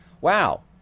Wow